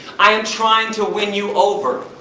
i am trying to win you over,